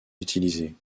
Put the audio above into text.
utilisés